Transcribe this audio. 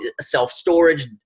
self-storage